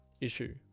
Issue